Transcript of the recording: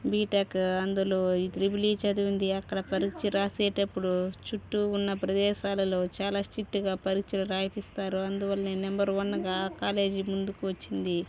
బీటెక్కు అందులో ఈ triple E చదివింది అక్కడ పరీక్ష రాసేటప్పుడు చుట్టూ ఉన్న ప్రదేశాలలో చాలా స్టిట్గా పరీక్షలు రాయిపిస్తారు అందువల్లనే నెంబర్ వన్గా కాలేజీ ముందుకు వచ్చింది